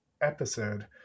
episode